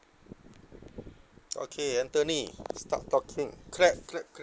okay anthony start talking clap clap